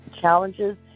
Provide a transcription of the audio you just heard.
challenges